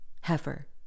heifer